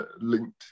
linked